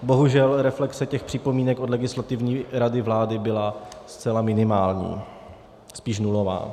Bohužel, reflexe těch připomínek od Legislativní rady vlády byla zcela minimální, spíš nulová.